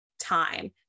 time